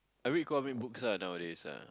I read comic books ah nowadays ah